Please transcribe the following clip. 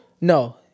No